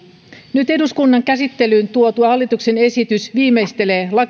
nyt eduskunnan käsittelyyn tuotu hallituksen esitys viimeistelee